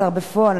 השר בפועל,